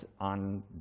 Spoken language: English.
on